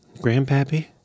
Grandpappy